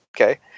Okay